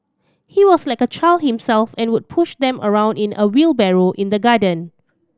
he was like a child himself and would push them around in a wheelbarrow in the garden